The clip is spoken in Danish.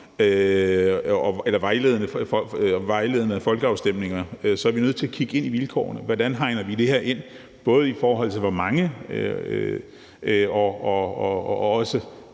vejledende folkeafstemninger, er vi nødt til at kigge ind i vilkårene: Hvordan hegner vi det her ind, både i forhold til hvor mange